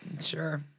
Sure